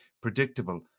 predictable